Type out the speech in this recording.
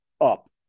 up